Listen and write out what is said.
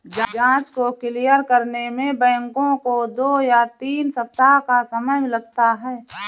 जाँच को क्लियर करने में बैंकों को दो या तीन सप्ताह का समय लगता है